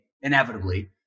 inevitably